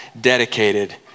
dedicated